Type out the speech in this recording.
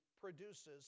produces